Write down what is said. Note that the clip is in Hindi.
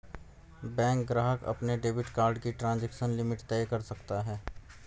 बैंक ग्राहक अपने डेबिट कार्ड की ट्रांज़ैक्शन लिमिट तय कर सकता है